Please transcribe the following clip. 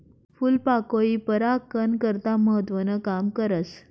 फूलपाकोई परागकन करता महत्वनं काम करस